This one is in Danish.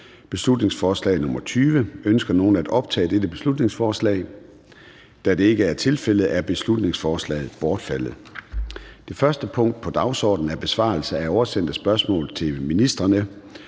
(Beslutningsforslag nr. B 20). Ønsker nogen at optage dette beslutningsforslag? Da det ikke er tilfældet, er beslutningsforslaget bortfaldet. --- Det første punkt på dagsordenen er: 1) Besvarelse af oversendte spørgsmål til ministrene